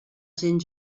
gent